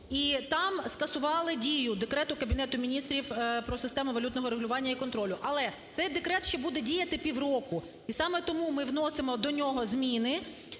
і там скасували дію Декрету Кабінету Міністрів "Про систему валютного регулювання і контролю". Але цей декрет ще буде діяти півроку і саме тому ми вносимо до нього зміни,